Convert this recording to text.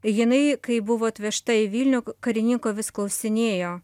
jinai kai buvo atvežta į vilnių karininko vis klausinėjo